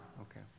Okay